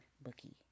bookie